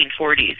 1940s